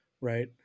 right